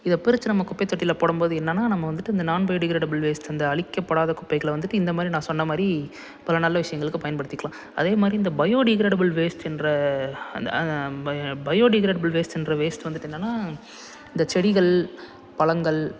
இத பிரித்து நம்ம குப்பைத் தொட்டியில் போடும் போது என்னனா நம்ம வந்துட்டு இந்த நான் பயோடிக்ரேடபுள் வேஸ்ட் அந்த அழிக்கபடாத குப்பைகளை வந்துட்டு இந்த மாதிரி நான் சொன்ன மாதிரி பல நல்ல விஷயங்களுக்கு பயன்படுத்திக்கலாம் அதே மாதிரி இந்த பயோடிக்ரேடபுள் வேஸ்ட்டுன்கிற அந்த ப பயோடிக்ரேடபுள் வேஸ்ட்ன்கிற வேஸ்ட் வந்துட்டு என்னனா இந்த செடிகள் பழங்கள்